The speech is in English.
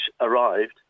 arrived